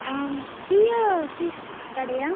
Priya fish கடையா